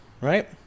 right